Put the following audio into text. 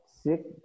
Six